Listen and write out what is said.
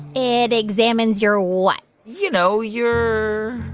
it examines your what? you know, your.